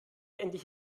endlich